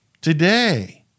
Today